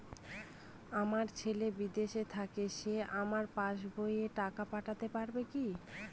আমার ছেলে বিদেশে থাকে সে আমার পাসবই এ টাকা পাঠাতে পারবে কি?